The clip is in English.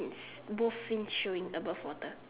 both fins showing above water